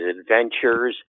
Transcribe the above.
adventures